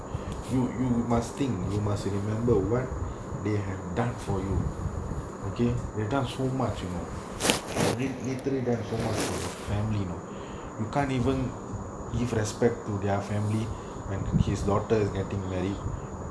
you you must think you must remember what they have done for you okay they got so much you know they're real literally done so much for your family know you can't even give respect to their family when his daughters getting married